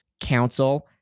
council